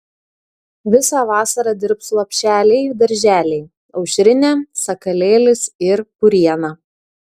visą vasarą dirbs lopšeliai darželiai aušrinė sakalėlis ir puriena